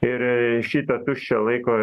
ir šita tuščią laiko